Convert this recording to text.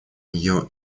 нее